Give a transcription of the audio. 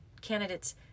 candidates